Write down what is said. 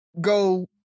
go